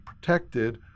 protected